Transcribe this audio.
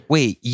Wait